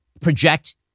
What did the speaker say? project